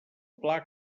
pla